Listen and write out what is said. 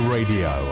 Radio